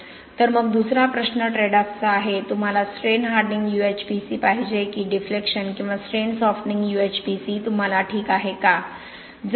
तर मग दुसरा प्रश्न ट्रेड ऑफचा आहे तुम्हाला स्ट्रेन हार्डनिंग यूएचपीसी पाहिजे आहे की डिफ्लेक्शन किंवा स्ट्रेन सॉफ्टनिंग यूएचपीसी तुम्हाला ठीक आहे का